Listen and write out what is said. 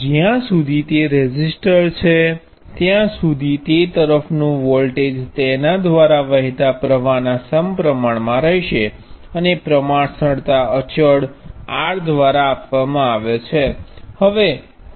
જ્યાં સુધી તે રેઝિસ્ટર છે ત્યાં સુધી તે તરફનો વોલ્ટેજ તેના દ્વારા વહેતા પ્ર્વાહના પ્રમાણમાં રહેશે અને પ્રમાણસરતા અચળ R દ્વારા આપવામાં આવે છે